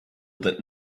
that